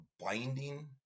binding